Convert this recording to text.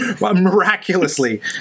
Miraculously